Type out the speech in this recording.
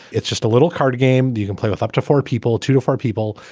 it's just a little card game. you can play with up to four people to to four people.